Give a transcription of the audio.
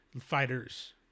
Fighters